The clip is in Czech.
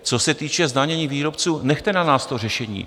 Co se týče zdanění výrobců, nechte na nás to řešení.